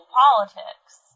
politics